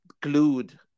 glued